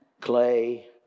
clay